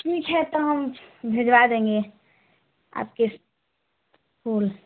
ठीक है तो हम भिजवा देंगे आपको फूल